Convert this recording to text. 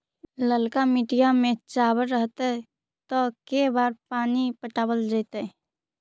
ललका मिट्टी में चावल रहतै त के बार पानी पटावल जेतै?